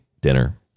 dinner